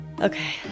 okay